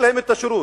לוד,